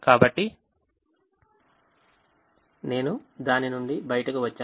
కాబట్టి నేను దాని నుండి బయటకు వచ్చాను